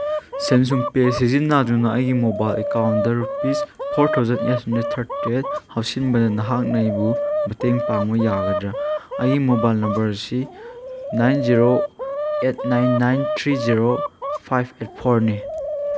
Samsung Pay ꯁꯤꯖꯤꯟꯅꯗꯨꯅ ꯑꯩꯒꯤ mobile ꯑꯦꯀꯥꯎꯟꯗ rupees four thousand eight hundred thirty eight ꯍꯥꯞꯁꯤꯟꯕꯗ ꯅꯍꯥꯛꯅ ꯑꯩꯕꯨ ꯃꯇꯦꯡ ꯄꯥꯡꯕ ꯌꯥꯒꯗ꯭ꯔꯥ ꯑꯩꯒꯤ ꯃꯣꯕꯥꯏꯜ ꯅꯝꯕꯔ ꯑꯁꯤ nine zero eight nine nine three zero five eight ꯐꯣꯔꯅꯤ